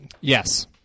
Yes